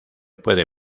puede